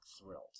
thrilled